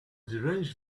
deranged